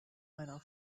einer